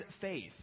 faith